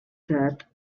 that